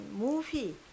movie